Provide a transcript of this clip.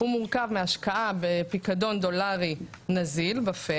הוא מורכב מהשקעה בפיקדון דולרי נזיל ---,